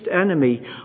enemy